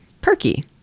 Perky